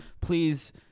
Please